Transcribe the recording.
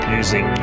using